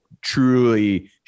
truly